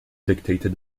dictated